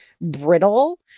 brittle